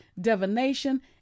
divination